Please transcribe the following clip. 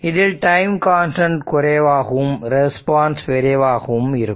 இதில் time constant குறைவாகவும் response விரைவாகவும் இருக்கும்